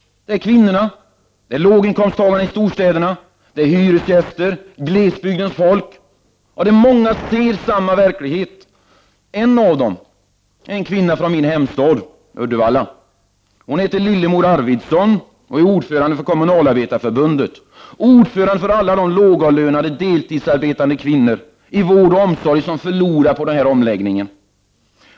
Det är kvinnorna, låginkomsttagarna i storstäderna, hyresgästerna, glesbygdens folk — ja, det är många som ser samma verklighet. En av dem är en kvinna från min hemstad Uddevalla. Hon heter Lillemor Arvidsson och är ordförande för Kommunalarbetareförbundet. Hon är ordförande för alla de lågavlönade, deltidsarbetande kvinnor i vård och omsorg som förlorar på denna omläggning.